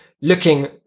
Looking